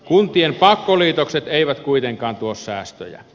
kuntien pakkoliitokset eivät kuitenkaan tuo säästöjä